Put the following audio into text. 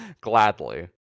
Gladly